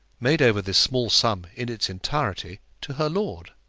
made over this small sum in its entirety to her lord.